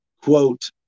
Quote